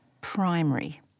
primary